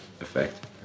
effect